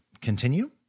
Continue